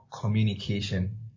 Communication